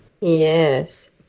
Yes